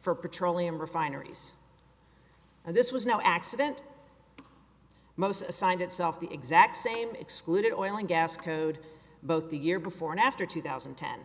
for petroleum refineries and this was no accident most assigned itself the exact same excluded oil and gas code both the year before and after two thousand and ten